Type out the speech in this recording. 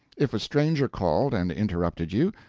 if a stranger called and interrupted you,